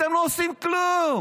אתם לא עושים כלום.